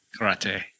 Karate